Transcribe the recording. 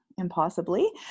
impossibly